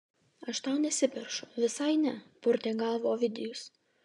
aš tau nesiperšu visai ne purtė galvą ovidijus